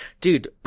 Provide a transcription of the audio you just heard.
dude